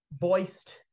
voiced